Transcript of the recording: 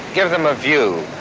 give them a view.